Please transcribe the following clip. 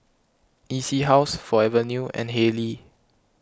E C House Forever New and Haylee